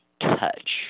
touch